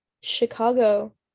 Chicago